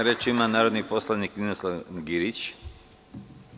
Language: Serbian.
Reč ima narodni poslanik Ninoslav Girić.